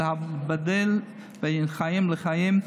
ולהבדיל בין חיים לחיים,